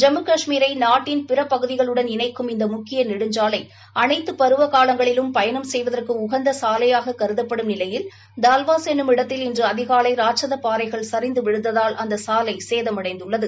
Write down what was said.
ஜம்மு காஷ்மீரை நாட்டின் பிறபகுதிகளுடன் இணைக்கும் இந்த முக்கிய நெடுஞ்சாவை அனைத்து பருவ காலங்களிலும் பயணம் செய்வதற்கு உகந்த சாலையாக கருதப்படும் நிலையில் தல்வாஸ் என்னும் இடத்தில் இன்று அதிகாலை ராட்சத பாறைகள் சரிந்து விழுந்ததால் அந்த சாலை சேதமடைந்துள்ளது